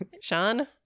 sean